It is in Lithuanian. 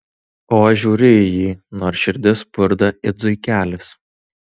o aš žiūriu į jį nors širdis spurda it zuikelis